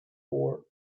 for